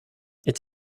est